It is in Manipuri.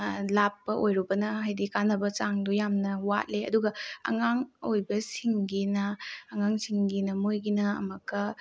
ꯂꯥꯞꯄ ꯑꯣꯏꯔꯨꯕꯅ ꯍꯥꯏꯕꯗꯤ ꯀꯥꯟꯅꯕ ꯆꯥꯡꯗꯨ ꯌꯥꯝꯅ ꯋꯥꯠꯂꯦ ꯑꯗꯨꯒ ꯑꯉꯥꯡ ꯑꯣꯏꯕꯁꯤꯡꯒꯤꯅ ꯑꯉꯥꯡꯁꯤꯡꯒꯤꯅ ꯃꯣꯏꯒꯤꯅ ꯑꯃꯨꯛꯀ